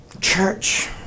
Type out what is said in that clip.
church